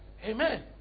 Amen